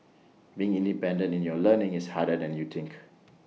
being independent in your learning is harder than you think